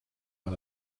aan